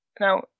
Now